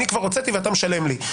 ואני כבר הוצאתי ואתה משלם לי.